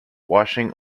washing